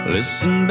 Listen